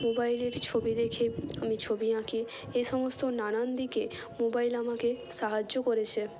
মোবাইলের ছবি দেখে আমি ছবি আঁকি এই সমস্ত নানান দিকে মোবাইল আমাকে সাহায্য করেছে